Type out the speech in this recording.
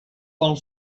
pel